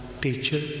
teacher